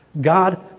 God